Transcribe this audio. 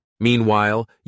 Meanwhile